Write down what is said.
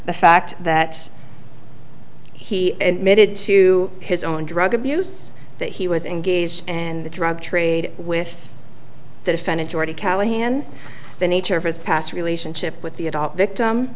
the fact that he admitted to his own drug abuse that he was engaged and the drug trade with the defendant already callahan the nature of his past relationship with the